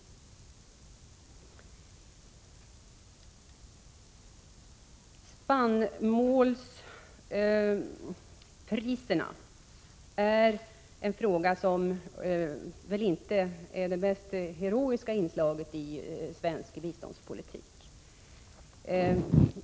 Frågan om spannmålspriserna utgör inte det mest heroiska inslaget i svensk biståndspolitik.